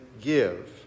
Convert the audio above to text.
give